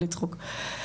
בלי צחוק.